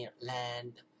land